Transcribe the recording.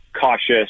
cautious